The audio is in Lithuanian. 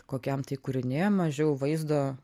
kokiam tai kūrinyje mažiau vaizdo